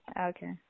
Okay